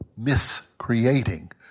miscreating